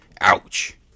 ouch